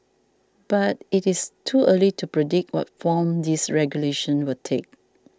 but it is too early to predict what form these regulations will take